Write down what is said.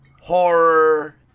horror